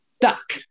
Duck